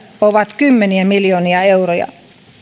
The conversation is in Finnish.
ovat kymmeniä miljoonia euroja